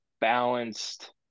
balanced